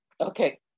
Okay